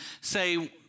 say